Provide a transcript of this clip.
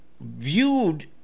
viewed